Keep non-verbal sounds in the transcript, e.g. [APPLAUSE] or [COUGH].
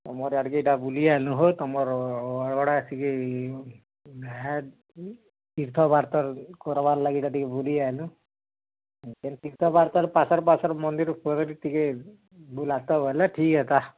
ତମର୍ ଆଡ଼୍କେ ଇ'ଟା ବୁଲି ଆଏଲୁଁ ହୋ ତମର୍ [UNINTELLIGIBLE] ଟିକେ ତୀର୍ଥବାର୍ଥର କର୍ବାର୍ ଲାଗି ଇ'ଟା ଟିକେ ବୁଲି ଆଏଲୁଁ ଫେର୍ ତୀର୍ଥବାର୍ଥର୍ ପାସର୍ ପାସର୍ ମନ୍ଦିର୍ [UNINTELLIGIBLE] ଟିକେ ବୁଲାତ ବେଲେ ଠିକ୍ ହେତା